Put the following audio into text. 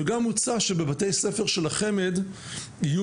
וגם הוצע שבבתי ספר של החמ"ד יהיו